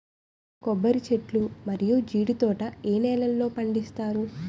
కొబ్బరి చెట్లు మరియు జీడీ తోట ఏ నేలల్లో పండిస్తారు?